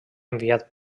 enviat